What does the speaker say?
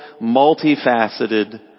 multifaceted